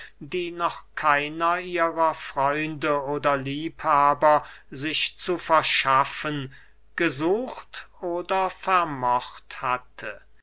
die noch keiner ihrer freunde oder liebhaber sich zu verschaffen gesucht oder vermocht hatte